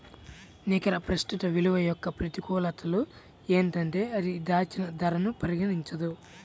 నికర ప్రస్తుత విలువ యొక్క ప్రతికూలతలు ఏంటంటే అది దాచిన ధరను పరిగణించదు